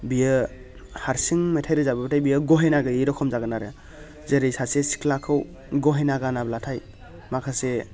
बियो हारसिं मेथाइ रोजाबोब्लाथाय बियो गहेना गैयै रखम जागोन आरो जेरै सासे सिख्लाखौ गहेना गानाब्लाथाय माखासे